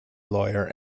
lawyer